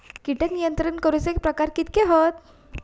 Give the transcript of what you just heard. कीटक नियंत्रण करूचे प्रकार कितके हत?